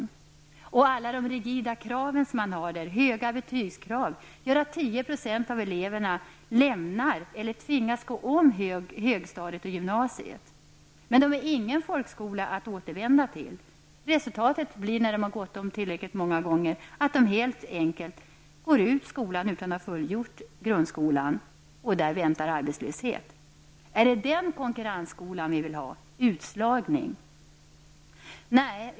I vissa andra länder förekommer också mycket rigida krav och höga betygskrav. Det gör att 10 % av eleverna lämnar högstadiet eller tvingas gå om årskurser både där och i gymnasiet. Men de har ingen folkskola att återvända till. När de har gått om tillräckligt många gånger får de helt enkelt lämna grundskolan utan att ha fullföljt den. Därefter väntar arbetslöshet. Är det den konkurrensskolan med utslagning som vi vill ha?